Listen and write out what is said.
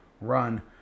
run